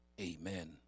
Amen